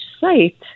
site